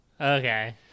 okay